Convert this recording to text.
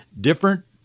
Different